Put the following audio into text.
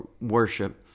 worship